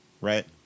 right